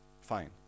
fine